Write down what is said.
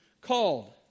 called